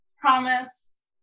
promise